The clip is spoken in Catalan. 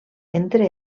entre